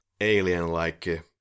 alien-like